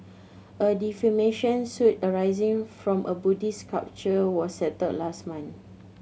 a defamation suit arising from a Buddhist sculpture was settled last month